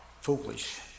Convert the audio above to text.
foolish